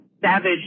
Savage